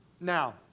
Now